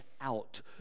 out